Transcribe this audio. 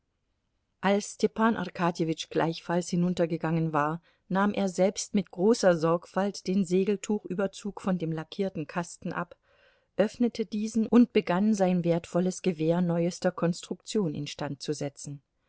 als stepan arkadjewitsch gleichfalls hinuntergegangen war nahm er selbst mit großer sorgfalt den segeltuchüberzug von dem lackierten kasten ab öffnete diesen und begann sein wertvolles gewehr neuester konstruktion instand zu setzen